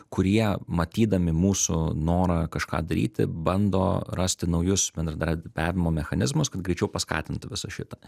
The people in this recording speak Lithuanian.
kurie matydami mūsų norą kažką daryti bando rasti naujus bendradarbiavimo mechanizmus kad greičiau paskatintų visą šitą